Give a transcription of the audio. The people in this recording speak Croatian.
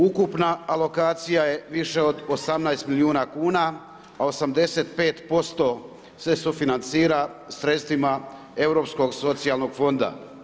Ukupna alokacija je više od 18 milijuna kuna a 85% se sufinancira sredstvima Europskog socijalnog fonda.